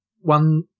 one